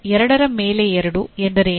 ಎರಡರ ಮೇಲೆ ಎರಡು ಎಂದರೇನು